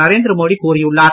நரேந்திர மோடி கூறியுள்ளார்